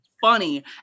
funny